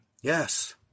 Yes